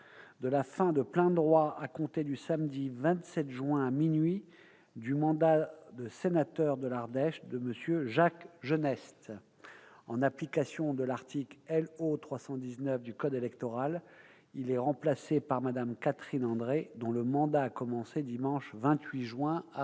de la fin de plein droit, à compter du samedi 27 juin, à minuit, du mandat de sénateur de l'Ardèche de M. Jacques Genest. En application de l'article L.O. 319 du code électoral, il est remplacé par Mme Catherine André, dont le mandat de sénatrice a commencé dimanche 28 juin, à